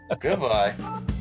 Goodbye